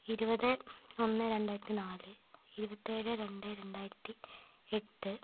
ഇരുപത് ഒന്ന് രണ്ടായിരത്തി നാല് ഇരുപത്തേഴ് രണ്ട് രണ്ടായിരത്തി എട്ട്